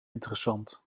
interessant